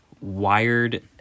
wired